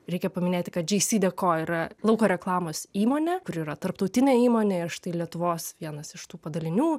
reikia paminėti kad džeisideko yra lauko reklamos įmonė kuri yra tarptautinė įmonė štai lietuvos vienas iš tų padalinių